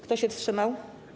Kto się wstrzymał?